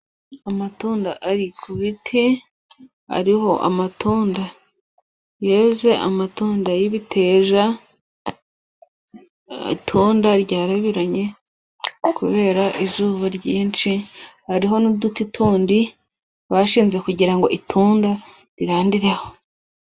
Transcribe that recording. Amatunda ari ku biti, ariho amatunda yeze. Amatunda y'ibiteja. Itunda ryarabiranye kubera izuba ryinshi, hariho n'uduti tundi bashinze kugira ngo itunda rirandireho.